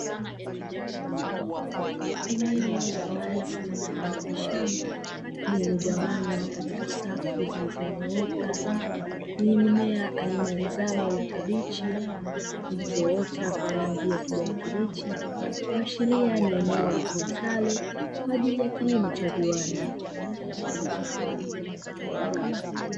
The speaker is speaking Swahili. eneo la wazi mfano wa shamba liligawanywa katika safu zilizonyooka yenye mimea aina ya zao la kabichi zilizoota kwa rangi ya kijani kibichi kuashiria ni eneo litumikalo kwa ajili ya kilimo cha viwanda